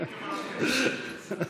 כוונות כאלה.